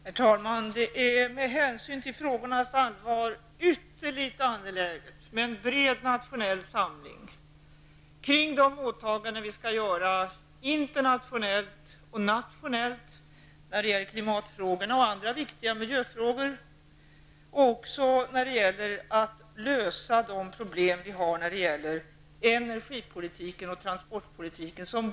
Herr talman! Med hänsyn till frågornas allvar är det ytterligt angeläget med en bred nationell samling kring våra åtaganden internationellt och nationellt vad gäller klimatfrågorna och andra viktiga miljöfrågor samt när det gäller att lösa problemen på enerigipolitikens och transportpolitikens områden.